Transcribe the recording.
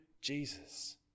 Jesus